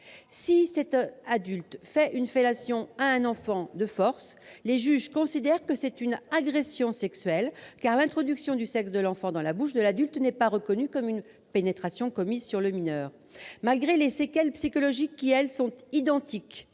Si cet adulte fait une fellation de force à un enfant, les juges considèrent qu'il s'agit d'une agression sexuelle, car l'introduction du sexe de l'enfant dans la bouche de l'adulte n'est pas reconnue comme une pénétration commise sur le mineur. Malgré les séquelles psychologiques identiques